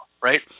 right